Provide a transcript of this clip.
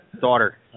daughter